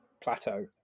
plateau